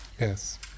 Yes